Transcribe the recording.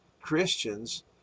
Christians